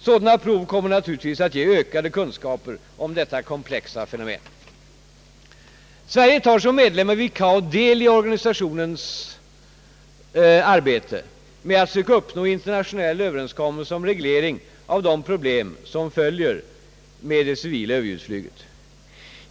Sådana prov kommer naturligtvis att ge ökade kunskaper om detta komplexa fenomen. Sverige tar som medlem i ICAO del i organisationens arbete med att söka uppnå internationell överenskommelse om reglering av de problem som följer med det civila överljudsflyget.